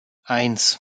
eins